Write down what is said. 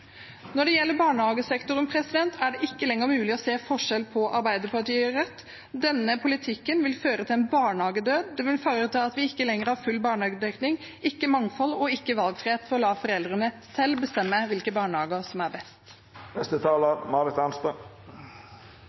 Når det gjelder barnehagesektoren, er det ikke lenger mulig å se forskjell på Arbeiderpartiet og Rødt. Denne politikken vil føre til en barnehagedød, det vil føre til at vi ikke lenger har full barnehagedekning, ikke mangfold og ikke valgfrihet for foreldrene til selv å bestemme hvilke barnehager som er best.